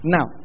Now